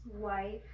wife